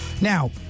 now